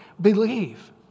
believe